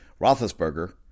Roethlisberger